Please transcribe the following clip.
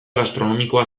gastronomikoa